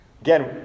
again